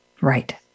Right